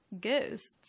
ghosts